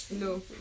no